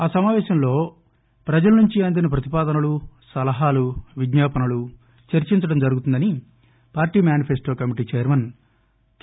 ఆ సమాపేశంలో ప్రజల నుంచి అందిన ప్రతిపాదనలు సలహాలు విజ్ఞాపనలు చర్చించడం జరుగుతుందని party manifesto committee chairman K